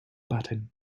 button